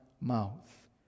mouth